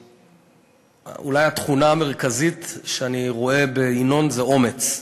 ואולי התכונה המרכזית שאני רואה בינון היא אומץ,